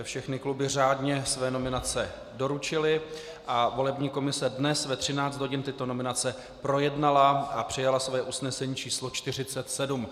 Všechny kluby řádně své nominace doručily a volební komise dnes ve 13 hodin tyto nominace projednala přijala svoje usnesení číslo 47.